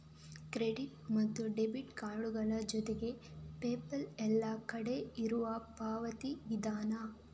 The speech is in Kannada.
ಕ್ರೆಡಿಟ್ ಮತ್ತು ಡೆಬಿಟ್ ಕಾರ್ಡುಗಳ ಜೊತೆಗೆ ಪೇಪಾಲ್ ಎಲ್ಲ ಕಡೆ ಇರುವ ಪಾವತಿ ವಿಧಾನ